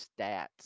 stats